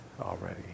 already